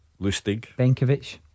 Lustig